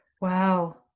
Wow